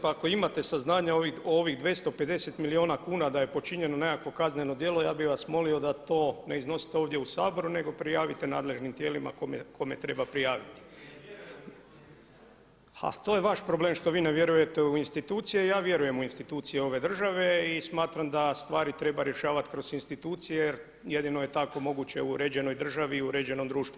Pa ako imate saznanja o ovih 250 milijuna kuna da je počinjeno nekakvo kazneno djelo ja bih vas molio da to ne iznosite ovdje u Saboru nego prijavite nadležnim tijelima kome treba prijaviti. … [[Upadica sa strane, ne čuje se.]] A to je vaš problem što vi ne vjerujete u institucije, ja vjerujem u institucije ove države i smatram da stvari treba rješavati kroz institucije jer jedino je tako moguće u uređenoj državi, u uređenom društvu.